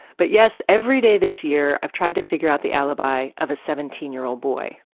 but yes, every day this year i've tried to figure out the alibi of a seventeen year old boy.